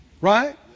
Right